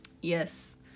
yes